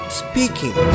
speaking